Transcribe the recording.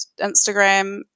Instagram